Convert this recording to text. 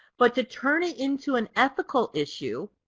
but to turn it into an ethical issue,